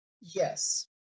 yes